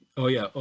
oh yeah,